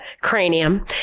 cranium